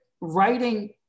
writing